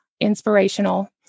inspirational